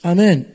Amen